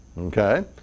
okay